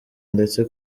ndetse